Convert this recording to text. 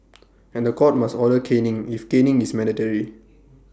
and The Court must order caning if caning is mandatory